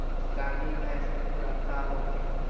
गाभिन भैंस के खुराक का होखे?